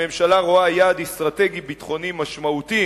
הממשלה רואה יעד אסטרטגי-ביטחוני משמעותי